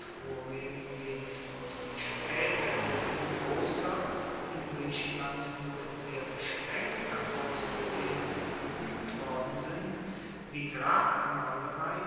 wenigstens spaeterhin in grosser in griechenland nur in sehr beschraenkter ausdehnung geuebt worden sind die